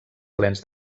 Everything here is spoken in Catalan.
plens